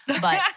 But-